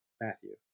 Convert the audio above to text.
Matthew